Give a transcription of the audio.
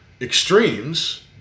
extremes